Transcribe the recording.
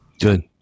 Good